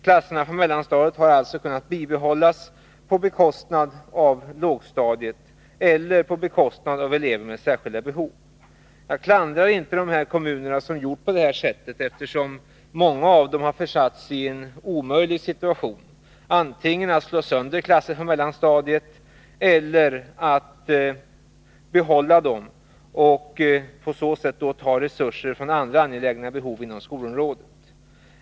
Klasserna på mellanstadiet har alltså kunnat bibehållas på bekostnad av lågstadiet eller på bekostnad av elever med särskilda behov. Jag klandrar inte de kommuner som gjort på det sättet, eftersom många av dem har försatts i en omöjlig situation: antingen slå sönder klasser på mellanstadiet eller behålla dem och på så sätt ta resurser från andra angelägna behov inom skolområdet.